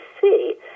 see